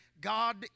God